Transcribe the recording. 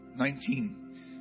Nineteen